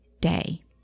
day